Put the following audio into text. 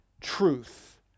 truth